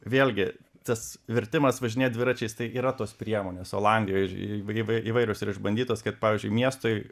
vėlgi tas vertimas važinėt dviračiais tai yra tos priemonės olandijoj iž įvai įvairios ir išbandytos kad pavyzdžiui miestui